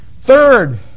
Third